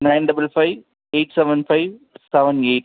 nine double five eight seven five seven eight